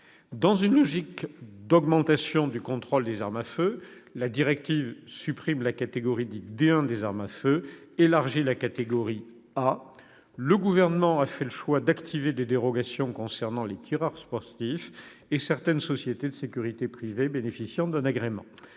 Dans une logique d'augmentation du contrôle des armes à feu, la directive supprime la catégorie dite « D1 » des armes à feu et élargit la catégorie A. Le Gouvernement a fait le choix d'activer des dérogations concernant les tireurs sportifs et certaines sociétés de sécurité privée bénéficiant d'un agrément.